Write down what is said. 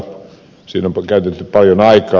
siinä on käytetty paljon aikaa